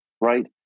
right